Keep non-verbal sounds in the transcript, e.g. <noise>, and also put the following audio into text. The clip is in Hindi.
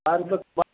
<unintelligible>